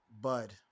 bud